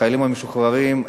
החיילים המשוחררים,